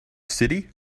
city